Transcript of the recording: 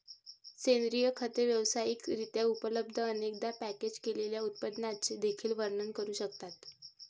सेंद्रिय खते व्यावसायिक रित्या उपलब्ध, अनेकदा पॅकेज केलेल्या उत्पादनांचे देखील वर्णन करू शकतात